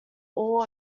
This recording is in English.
all